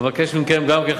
אבקש מכם גם כן,